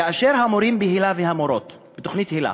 כאשר את המורים והמורות בתוכנית היל"ה,